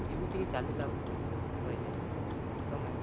ଏମିତି ହିଁ ଚାଲିଲା କହିଲେ ତୁମେ